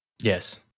Yes